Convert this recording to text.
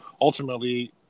ultimately